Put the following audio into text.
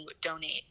donate –